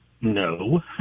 No